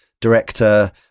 director